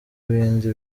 ibindi